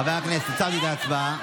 חברי הכנסת, עצרתי את ההצבעה.